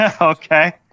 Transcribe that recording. Okay